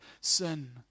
sin